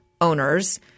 owners